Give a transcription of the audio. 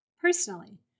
personally